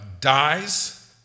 dies